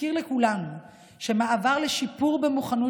הזכיר לכולנו שמעבר לשיפור במוכנות